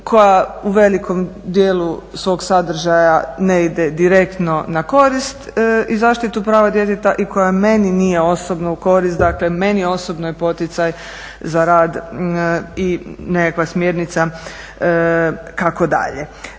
koja u velikom dijelu svog sadržaja ne ide direktno na korist i zaštitu prava djeteta i koja meni nije osobno u korist, dakle meni osobno je poticaj za rad i nekakva smjernica kako dalje.